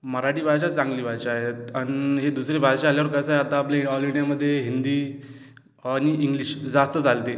मराठी भाषा चांगली भाषा आहे अन् ही दुसरी भाषा आल्यावर कसं आहे आता आपले ऑल इंडियामध्ये हिंदी आणि इंग्लिश जास्त चालते